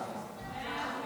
ההצעה להעביר